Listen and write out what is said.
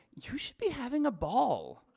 you should be having a ball.